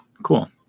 cool